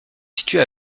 situe